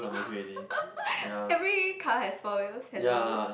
every car has four wheels hello